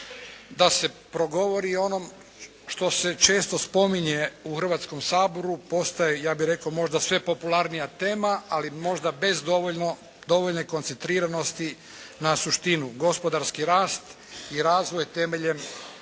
da se progovori o onom što se često spominje u Hrvatskom saboru, postaje, ja bih rekao možda sve popularnija tema, ali možda bez dovoljne koncentriranosti na suštinu, gospodarski rast i razvoj temeljen